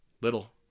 Little